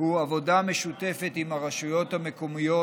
הוא עבודה משותפת עם הרשויות המקומיות